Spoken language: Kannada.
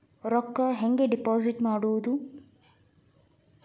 ರೊಕ್ಕ ಹೆಂಗೆ ಡಿಪಾಸಿಟ್ ಮಾಡುವುದು?